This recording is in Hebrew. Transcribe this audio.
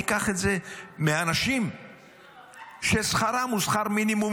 ניקח את זה מהאנשים ששכרם הוא שכר מינימום.